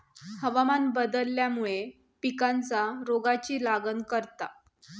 हवामान बदलल्यामुळे पिकांका रोगाची लागण जाता